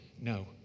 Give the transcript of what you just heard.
No